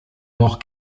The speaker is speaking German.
doch